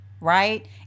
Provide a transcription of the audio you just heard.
right